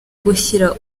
gushyira